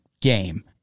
game